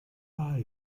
the